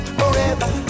forever